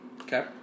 Okay